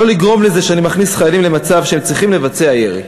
לא לגרום לזה שאני מכניס חיילים למצב שהם צריכים לבצע ירי.